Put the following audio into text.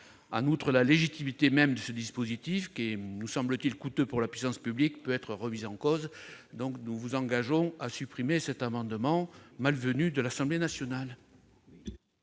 En outre, la légitimité même de ce dispositif, qui nous semble coûteux pour la puissance publique, peut être remise en cause. Nous vous engageons à supprimer cette disposition malvenue de l'Assemblée nationale.